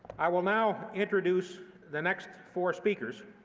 i will now introduce the next four speakers,